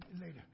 later